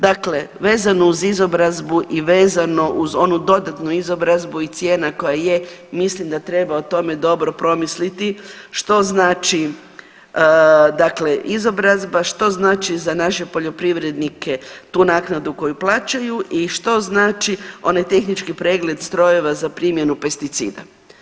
Dakle, vezano uz izobrazbu i vezano uz onu dodatnu izobrazbu i cijena koja je mislim da treba o tome dobro promisliti što znači dakle izobrazba, što znači za naše poljoprivrednike tu naknadu koju plaćaju i što znači onaj tehnički pregled strojeva za primjenu pesticida.